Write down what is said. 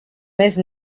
més